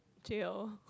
jail